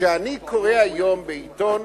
כשאני קורא היום בעיתון